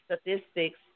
statistics